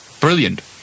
brilliant